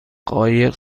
قایق